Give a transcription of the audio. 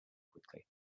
quickly